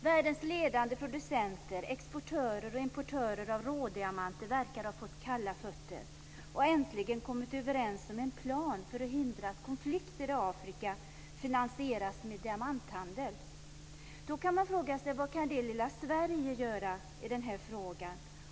Världens ledande producenter, exportörer och importörer av rådiamanter verkar ha fått kalla fötter och har äntligen kommit överens om en plan för att hindra att konflikter i Afrika finansieras med diamanthandel. Då kan man fråga sig vad lilla Sverige kan göra i frågan.